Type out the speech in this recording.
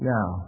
Now